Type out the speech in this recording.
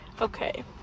okay